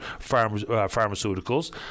pharmaceuticals